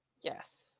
Yes